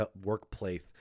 workplace